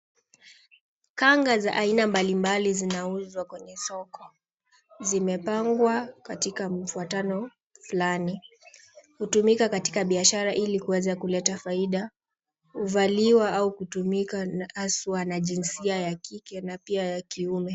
Kanga za aina mbalimbali zinauzwa kwenye soko. Zimepangwa katika mfuatano fulani. Hutumika katika biashara ili kuweza kuleta faida. Huvaliwa au kutumika haswa na jinsia ya kike na pia ya kiume.